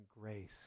grace